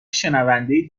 شنونده